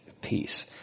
peace